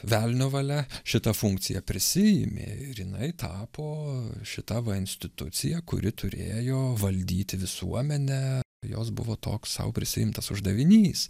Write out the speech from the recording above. velnio valia šitą funkciją prisiėmė ir jinai tapo šita va institucija kuri turėjo valdyti visuomenę jos buvo toks sau prisiimtas uždavinys